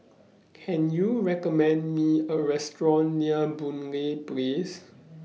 Can YOU recommend Me A Restaurant near Boon Lay Place